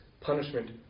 punishment